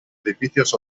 edificios